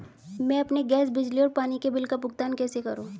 मैं अपने गैस, बिजली और पानी बिल का भुगतान कैसे करूँ?